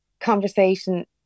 conversation